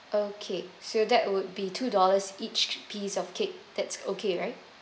okay so that would be two dollars each piece of cake that's okay right